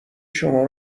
شما